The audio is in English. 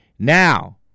Now